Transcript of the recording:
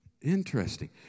Interesting